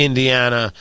Indiana